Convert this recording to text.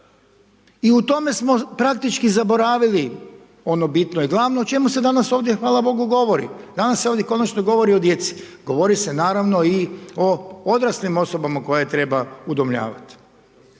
I u tome smo praktički zaboravili ono bitno i glavno o čemu se danas ovdje hvala Bogu govori, danas se ovdje konačno govori o djeci. Govori se naravno i o odraslim osobama koje treba udomljavati.